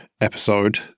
episode